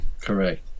Correct